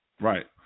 Right